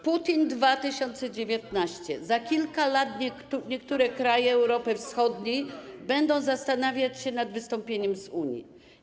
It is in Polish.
Putin w roku 2019: „Za kilka lat niektóre kraje Europy Wschodniej będą zastanawiać się nad wystąpieniem z Unii”